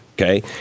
Okay